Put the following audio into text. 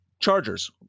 Chargers